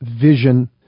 vision